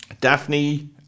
Daphne